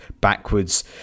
backwards